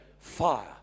Fire